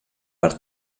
per